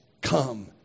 come